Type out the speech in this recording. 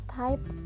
type